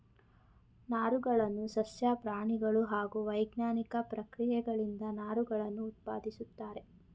ನಾರುಗಳನ್ನು ಸಸ್ಯ ಪ್ರಾಣಿಗಳು ಹಾಗೂ ವೈಜ್ಞಾನಿಕ ಪ್ರಕ್ರಿಯೆಗಳಿಂದ ನಾರುಗಳನ್ನು ಉತ್ಪಾದಿಸುತ್ತಾರೆ